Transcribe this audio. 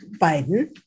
Biden